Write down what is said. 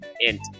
Int